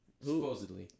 Supposedly